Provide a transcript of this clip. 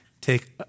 Take